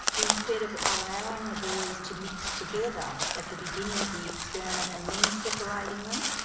instead of allowing the boys to mix together at the beginning of the experiment and then separating them,